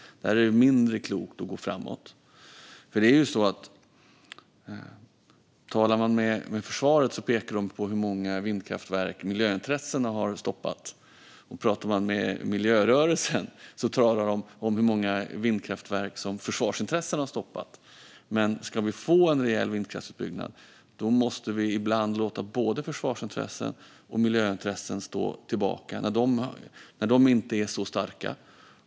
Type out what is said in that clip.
Där är det mindre klokt att gå framåt. Talar man med försvaret pekar de på hur många vindkraftverk miljöintressena har stoppat. Och talar man med miljörörelsen talar de om hur många vindkraftverk försvarsintressen har stoppat. Men om vi ska få en rejäl vindkraftsutbyggnad måste vi ibland låta både försvarsintressen och miljöintressen stå tillbaka när de inte är så starka.